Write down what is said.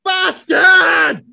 Bastard